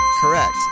Correct